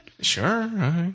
Sure